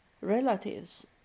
relatives